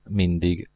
mindig